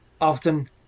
often